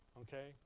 Okay